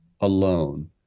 alone